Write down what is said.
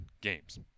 games